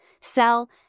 sell